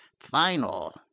final